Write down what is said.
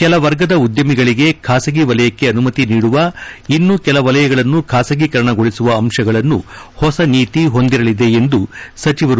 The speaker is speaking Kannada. ಕೆಲ ವರ್ಗದ ಉದ್ದಮಗಳಿಗೆ ಖಾಸಗಿ ವಲಯಕ್ಕೆ ಅನುಮತಿ ನೀಡುವ ಇನ್ನೂ ಕೆಲ ವಲಯಗಳನ್ನು ಖಾಸಗೀಕರಣಗೊಳಿಸುವ ಅಂಶಗಳನ್ನು ಹೊಸ ನೀತಿ ಹೊಂದಿರಲಿದೆ ಎಂದರು